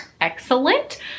excellent